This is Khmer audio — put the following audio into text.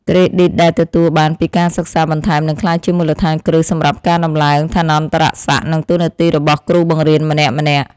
ក្រេឌីតដែលទទួលបានពីការសិក្សាបន្ថែមនឹងក្លាយជាមូលដ្ឋានគ្រឹះសម្រាប់ការតម្លើងឋានន្តរស័ក្តិនិងតួនាទីរបស់គ្រូបង្រៀនម្នាក់ៗ។